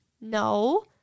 No